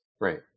Right